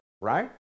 right